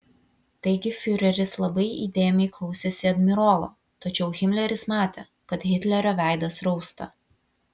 taigi fiureris labai įdėmiai klausėsi admirolo tačiau himleris matė kad hitlerio veidas rausta